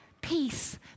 peace